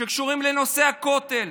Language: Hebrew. שקשורים לנושא הכותל,